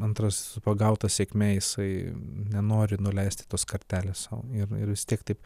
antras su pagauta sėkme jisai nenori nuleisti tos kartelės sau ir ir vis tiek taip